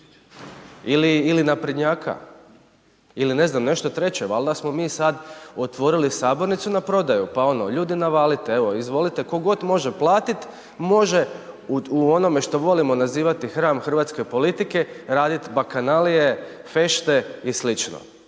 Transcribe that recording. ili naprednjaka ili ne znam nešto treće. Valjda smo mi sada otvorili sabornicu na prodaju, pa ono ljudi navalite evo izvolite, tko god može platit može u onome što volimo nazivati hram hrvatske politike radit bakanalije, fešte i sl.